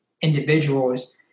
individuals